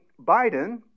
Biden